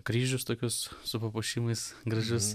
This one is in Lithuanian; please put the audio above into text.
kryžius tokius su papuošimais gražius